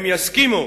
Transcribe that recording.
הם יסכימו